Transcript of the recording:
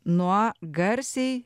nuo garsiai